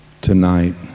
Tonight